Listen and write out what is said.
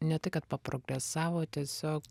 ne tai kad paprogresavo tiesiog